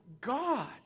God